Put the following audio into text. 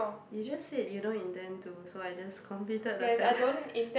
you just said you don't intend to so I just completed the sentence